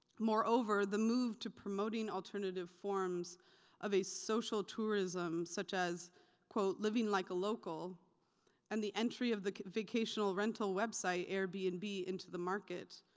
moreover, the move to promoting alternative forms of a social tourism such as living like a local and the entry of the vacational rental website, airbnb, and into the market,